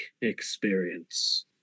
experience